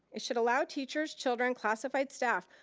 it should allow teachers, children, classified staff,